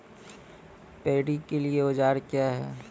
Paddy के लिए औजार क्या हैं?